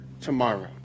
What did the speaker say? tomorrow